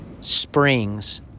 springs